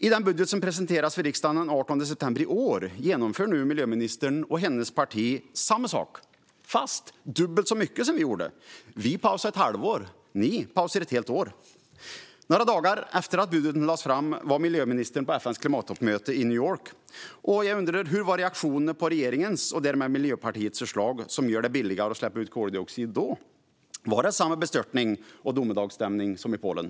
Med den budget som presenterades för riksdagen den 18 september i år genomför nu miljöministern och hennes parti samma sak, fast dubbelt så mycket som vi gjorde. Vi pausade ett halvår. Ni pausar ett helt år. Några dagar efter att budgeten lagts fram var miljöministern på FN:s klimattoppmöte i New York. Jag undrar: Hur var reaktionen där på regeringens och därmed Miljöpartiets förslag som gör det billigare att släppa ut koldioxid? Var det samma bestörtning och domedagsstämning som i Polen?